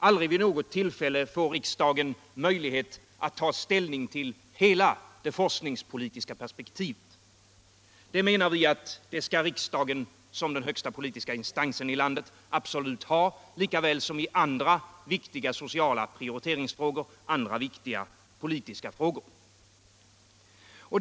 Inte vid något tillfälle får riksdagen möjlighet att ta ställning till hela det forskningspolitiska perspektivet. Vi menar att riksdagen som den högsta politiska instansen i landet absolut skall ha denna möjlighet, lika väl som i viktiga sociala prioriteringsfrågor och i andra väsentliga politiska sammanhang.